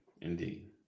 Indeed